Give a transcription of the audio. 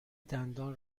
دندان